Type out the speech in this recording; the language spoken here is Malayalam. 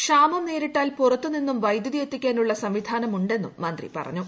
ക്ഷാമം നേരിട്ടാൽ പുറത്ത് നിന്നും വൈദ്യുതി എത്തിക്കാനുള്ള സംവിധാനം ഉണ്ടെന്നും മന്ത്രി പറഞ്ഞു